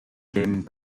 gaming